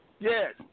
Yes